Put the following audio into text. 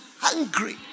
hungry